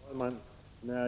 Herr talman!